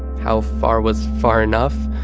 how far was far enough?